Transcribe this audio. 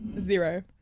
Zero